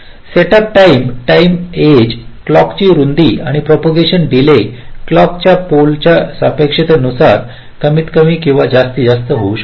setup time time edge clock ची रुंदी आणि प्रोपोगांशन डीले क्लॉक च्या पोलोच्या सापेक्षतेनुसार जे काही कमी ते जास्त होईल